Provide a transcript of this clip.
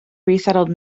resettled